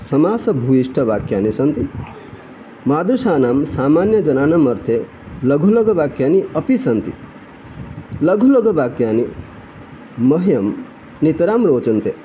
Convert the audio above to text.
समासः भूयिष्टानि वाक्यानि सन्ति मादृशानां सामान्यजनानाम् अर्थे लघुलघुवाक्यानि अपि सन्ति लघु लघुवाक्यानि मह्यं नितरां रोचन्ते